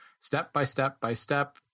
step-by-step-by-step